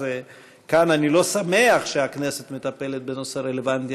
אז כאן אני לא שמח שהכנסת מטפלת בנושא רלוונטי,